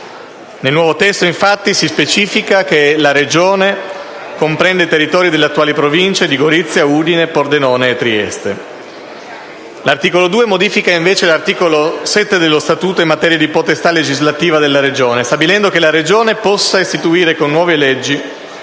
Nel nuovo testo, infatti, si specifica che «La Regione comprende il territorio delle attuali province di Gorizia, di Udine, di Pordenone e di Trieste». L'articolo 2 modifica, invece, l'articolo 7 dello Statuto in materia di potestà legislativa della Regione, stabilendo che la Regione possa istituire, con nuove leggi,